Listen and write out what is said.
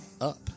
up